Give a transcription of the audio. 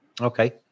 Okay